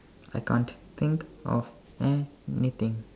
I can't think of anything